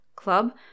club